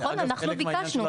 זה חלק מהעניין.